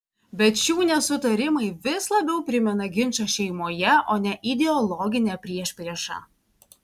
bet šių nesutarimai vis labiau primena ginčą šeimoje o ne ideologinę priešpriešą